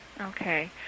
Okay